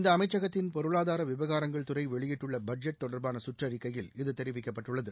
இந்த அமைச்சகத்தின் பொருளாதார விவகாரங்கள் துறை வெளியிட்டுள்ள பட்ஜெட் தொடர்பான சுற்றறிக்கையில் இது தெரிவிக்கப்பட்டுள்ளது